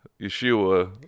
Yeshua